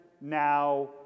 now